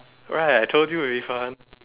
right I told you it'll be fun